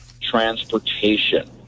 transportation